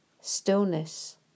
stillness